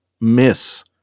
miss